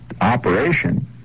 operation